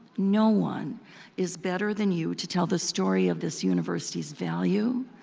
no one is better than you to tell the story of this university's value,